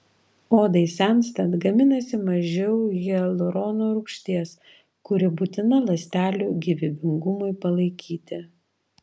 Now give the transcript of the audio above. odai senstant gaminasi mažiau hialurono rūgšties kuri būtina ląstelių gyvybingumui palaikyti